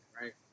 right